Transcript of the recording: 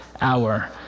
hour